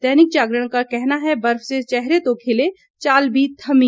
दैनिक जागरण का कहना है बर्फ से चेहरे तो खिले चाल भी थमी